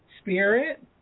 spirit